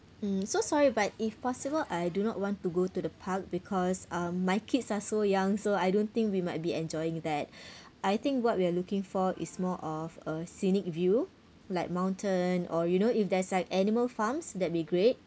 so sorry but if possible I do not want to go to the park because uh my kids are so young so I don't think we might be enjoying that I think what we're looking for is more of a scenic view like mountain or you know if there's like animal farms that'd be great